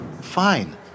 fine